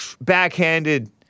backhanded